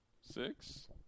six